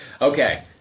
Okay